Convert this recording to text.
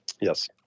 Yes